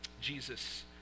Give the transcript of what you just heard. Jesus